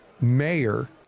mayor